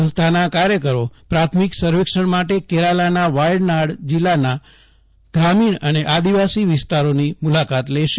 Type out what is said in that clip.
સંસ્થાના કાર્યકરો પ્રાથમિક સર્વેક્ષણ માટે કેરાલાના વાયનાડ જિલ્લાના ગ્રામીણ અને આદિવાસી વિસ્તારોની મુલાકાત લેશે